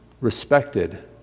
respected